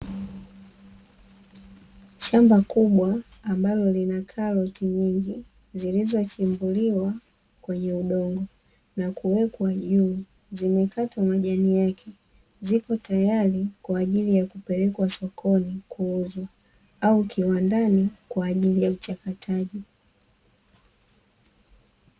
Shamba kubwa ambalo lina karoti nyingi zilizochimbuliwa kwenye udongo na kuwekwa juu, zimekatwa majani yake; zipo tayari kwa ajili ya kupelekwa sokoni kuuzwa au kiwandani kwa ajili ya uchakataji.